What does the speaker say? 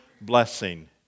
blessing